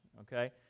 okay